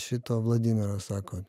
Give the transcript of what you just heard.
šito vladimiras sako